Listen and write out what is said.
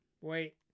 Wait